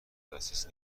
دسترس